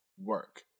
work